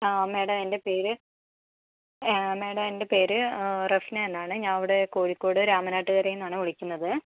ആ മാഡം എന്റെ പേര് മാഡം എന്റെ പേര് രഫ്ന എന്നാണേ ഞാന് ഇവിടെ കോഴിക്കോട് രാമനാട്ടുകരേന്നാണെ വിളിക്കുന്നത്